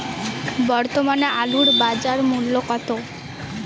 বর্তমানে আলুর বাজার মূল্য কত?